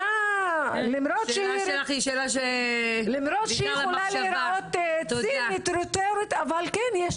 למרות שהיא יכולה להיראות צינית, רטורית אבל כן יש